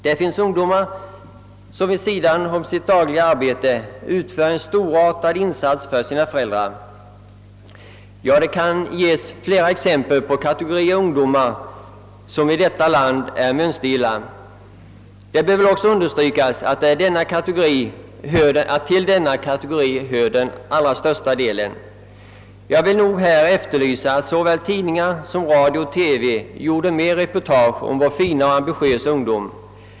I många fall gör de också storartade insatser för sina föräldrar vid sidan av sitt dagliga arbete. Man kan anföra många exempel på mönstergilla ungdomar i detta land. Det bör också understrykas att till denna kategori hör den allra största delen ungdomar. Jag skulle önska att tidningar, radio och TV gjorde fler reportage om vår fina och ambitiösa ungdom.